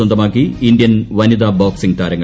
സ്വന്തമാക്കി ഇന്ത്യൻ വനിതാ ബോക്സിങ് താരങ്ങൾ